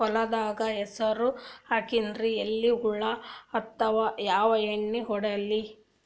ಹೊಲದಾಗ ಹೆಸರ ಹಾಕಿನ್ರಿ, ಎಲಿ ಹುಳ ಹತ್ಯಾವ, ಯಾ ಎಣ್ಣೀ ಹೊಡಿಲಿ?